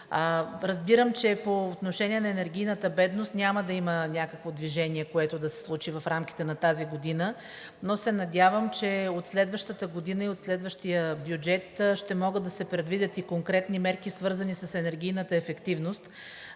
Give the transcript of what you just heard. Разбирам, че по отношение на енергийната бедност няма да има някакво движение, което да се случи в рамките на тази година, но се надявам, че от следващата година и от следващия бюджет ще могат да се предвидят и конкретни мерки, свързани с енергийната ефективност,